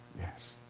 Yes